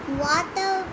water